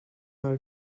mal